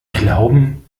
glauben